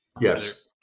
Yes